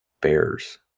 Bears